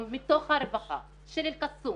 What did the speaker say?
מתוך הרווחה של אלקסום